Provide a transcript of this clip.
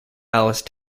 alice